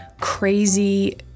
crazy